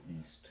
East